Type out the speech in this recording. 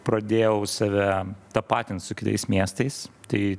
pradėjau save tapatint su kitais miestais tai